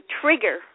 trigger